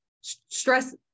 stress